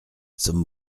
sommes